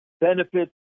benefits